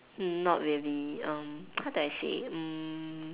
um not really um how do I say mm